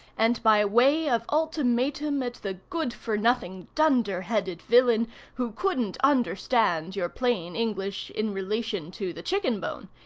and by way of ultimatum at the good-for-nothing dunder-headed villain who couldn't understand your plain english in relation to the chicken-bone.